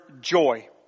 joy